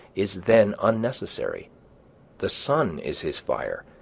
is then unnecessary the sun is his fire,